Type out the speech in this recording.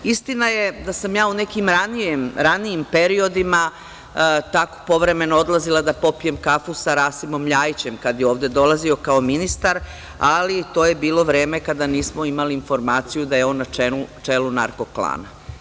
Istina je da sam u nekim ranijim periodima povremeno odlazila da popijem sa Rasimom LJajićem, kada je ovde dolazio kao ministar, ali to je bilo u vreme kada nismo imali informaciji da je on na čelu narko klana.